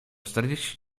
czterdzieści